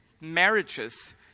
marriages